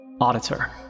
Auditor